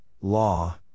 law